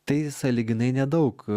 tai sąlyginai nedaug